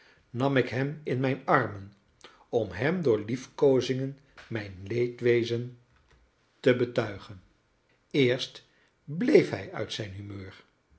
nam ik hem in mijn armen om hem door liefkoozingen mijn leedwezen te betuigen eerst bleef hij uit zijn humeur